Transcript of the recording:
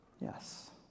Yes